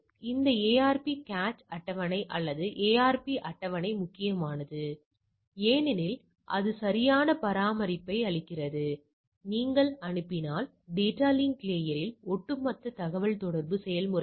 எனவே இந்த இரண்டு எக்செல் கட்டளைகளும் மிகவும் பயனுள்ளதாக இருக்கும் ஆனால் நீங்கள் அதை ஒரு எளிய கால்குலேட்டர் மூலமாகவும் செய்யலாம்